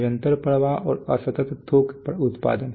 निरंतर प्रवाह और असतत थोक उत्पादन